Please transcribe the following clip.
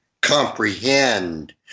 comprehend